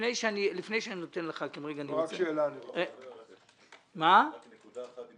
לפני שאני נותן לח"כים --- רק שאלה אני רוצה.